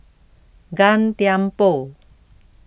Gan Thiam Poh